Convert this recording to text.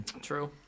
True